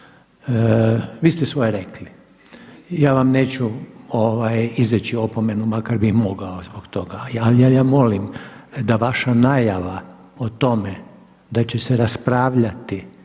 vi ste svoje rekli, ja vam neću izreći opomenu makar bih mogao zbog toga. Ali ja molim da vaša najava o tome da će se raspravljati